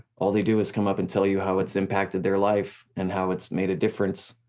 all they do is come up and tell you how it's impacted their life and how it's made a difference.